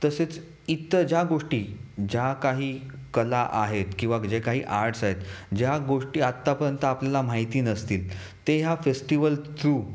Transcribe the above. तसेच इतर ज्या गोष्टी ज्या काही कला आहेत किंवा जे काही आर्ट्स आहेत ज्या गोष्टी आतापर्यंत आपल्याला माहिती नसतील ते या फेस्टिवल थ्रू